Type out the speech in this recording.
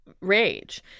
rage